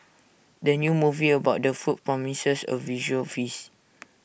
the new movie about the food promises A visual feast